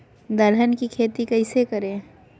दलहन की खेती कैसे करें?